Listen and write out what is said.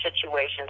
situations